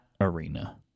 arena